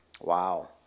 Wow